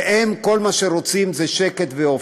והם, כל מה שהם רוצים זה שקט ואופק,